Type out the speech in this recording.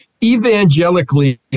evangelically